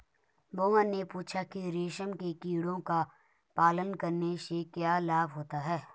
मोहन ने पूछा कि रेशम के कीड़ों का पालन करने से क्या लाभ होता है?